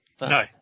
No